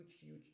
huge